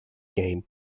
gain